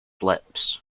lips